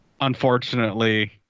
Unfortunately